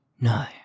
No